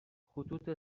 خطوط